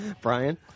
Brian